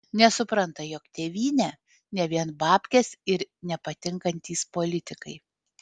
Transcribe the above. nesupranta jog tėvynė ne vien babkės ir nepatinkantys politikai